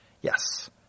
Yes